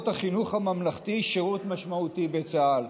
החינוך הממלכתי שירות משמעותי בצה"ל.